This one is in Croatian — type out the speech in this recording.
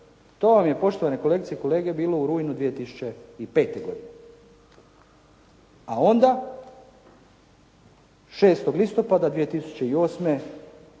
To vam je, poštovane kolegice i kolege, bilo u rujnu 2005. godine. A onda, 6. listopada 2008. sljedeće